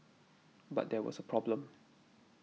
but there was a problem